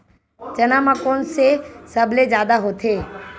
चना म कोन से सबले जादा होथे?